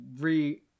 re